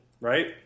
right